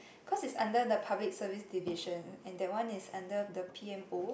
cause it's under the public service division and that one is under the p_m_o